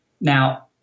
Now